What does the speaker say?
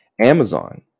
Amazon